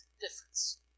difference